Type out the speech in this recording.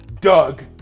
Doug